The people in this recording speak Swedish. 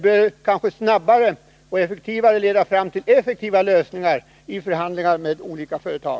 Vår väg bör snabbare och effektivare kunna leda fram till lösningar vid förhandlingar med olika företag.